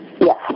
Yes